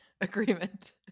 agreement